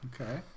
Okay